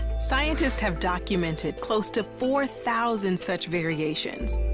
scientists have documented close to four thousand such variations.